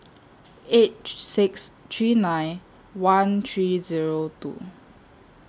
eight six three nine one three Zero two